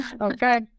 okay